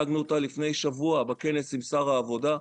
הצגנו אותה לפני שבוע בכנס עם שר העבודה,